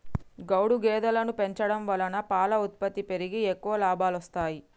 గౌడు గేదెలను పెంచడం వలన పాల ఉత్పత్తి పెరిగి ఎక్కువ లాభాలొస్తాయి